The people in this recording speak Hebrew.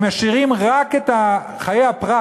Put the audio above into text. הם משאירים רק את חיי הפרט,